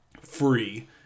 free